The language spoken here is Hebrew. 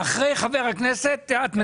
הכנסת ינון